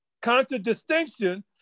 Contradistinction